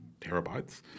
terabytes